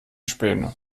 späne